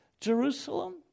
Jerusalem